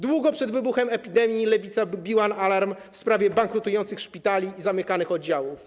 Długo przed wybuchem epidemii Lewica biła na alarm w sprawie bankrutujących szpitali i zamykanych oddziałów.